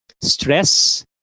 Stress